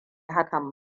hakan